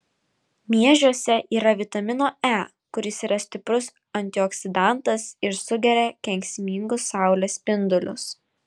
miežiuose yra vitamino e kuris yra stiprus antioksidantas ir sugeria kenksmingus saulės spindulius